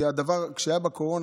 כי הדבר שהיה בקורונה,